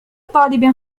طالب